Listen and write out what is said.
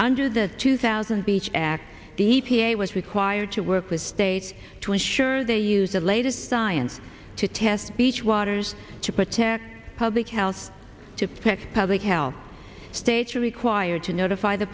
under the two thousand beach act the e p a was required to work with states to ensure they use the latest science to test each waters to protect public health to protect public health states are required to notify the